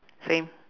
same